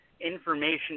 information